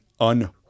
un